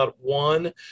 one